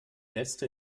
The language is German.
letzte